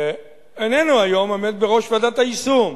היום איננו עומד בראש ועדת היישום.